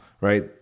right